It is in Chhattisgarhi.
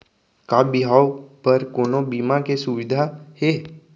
का बिहाव बर कोनो बीमा के सुविधा हे?